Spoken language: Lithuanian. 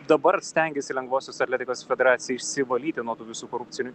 dabar stengiasi lengvosios atletikos federacija išsivalyti nuo tų visų korupcinių